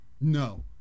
No